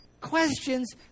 Questions